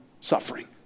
suffering